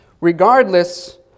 Regardless